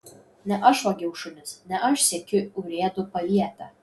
ne aš vogiau šunis ne aš siekiu urėdų paviete